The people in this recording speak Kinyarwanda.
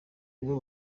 nibo